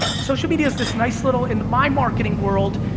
social media is this nice little, in my marketing world,